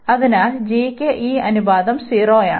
അതിനാൽ g ക്ക് ഈ അനുപാതം 0 ആണ്